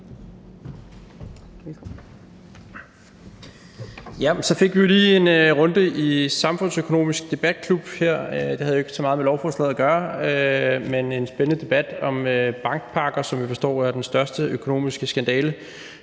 Så fik vi jo lige en runde i samfundsøkonomisk debatklub her. Det havde ikke så meget med lovforslaget at gøre, men det var en spændende debat om bankpakker, som vi forstår er den største økonomiske skandale